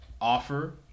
offer